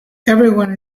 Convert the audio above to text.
everyone